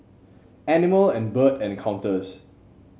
Animal and Bird Encounters